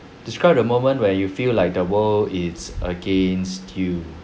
describe the moment where you feel like the world is against you